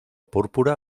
púrpura